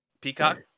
Peacock